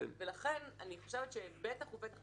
לכן אני חושבת שבטח ובטח,